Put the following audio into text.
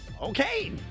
Okay